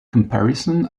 comparison